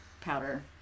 powder